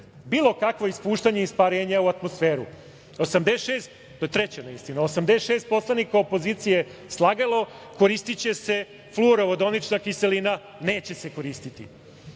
bilo kakvo ispuštanje isparenja u atmosferu. Treća neistina, 86 poslanika opozicije slagalo je, koristiće se fluoro-vodonična kiselina, neće se koristiti. Osamdeset